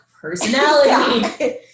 personality